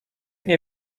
nie